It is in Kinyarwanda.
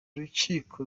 urukiko